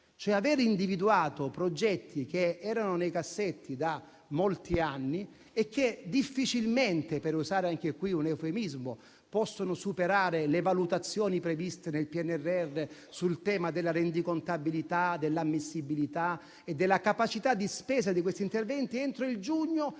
i progetti in essere, progetti che erano nei cassetti da molti anni e che difficilmente, per usare anche qui un eufemismo, possono superare le valutazioni previste nel PNRR sul tema della rendicontabilità, dell'ammissibilità e della capacità di spesa di questi interventi entro giugno